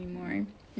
soalan awak